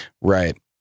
Right